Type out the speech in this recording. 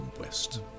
west